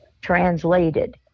translated